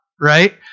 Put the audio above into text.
right